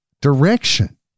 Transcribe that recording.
direction